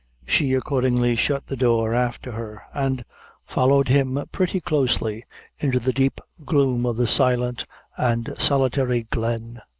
she accordingly shut the door after her, and followed him pretty closely into the deep gloom of the silent and solitary glen.